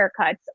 haircuts